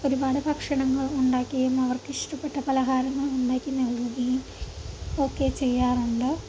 ഒരുപാട് ഭക്ഷണങ്ങൾ ഉണ്ടാക്കിയും അവർക്ക് ഇഷ്ടപ്പെട്ട പലഹാരങ്ങൾ ഉണ്ടാക്കി നൽകുകയുമൊക്കെ ചെയ്യാറുണ്ട്